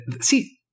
see